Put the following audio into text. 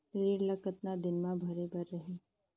ऋण ला कतना दिन मा भरे बर रही?